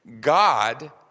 God